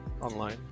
online